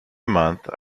month